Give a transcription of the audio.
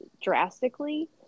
drastically